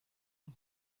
und